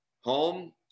home